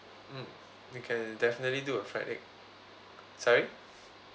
mm we can definitely do a fried egg sorry